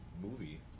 movie